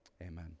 amen